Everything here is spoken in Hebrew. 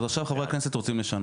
אז עכשיו חברי הכנסת רוצים לשנות.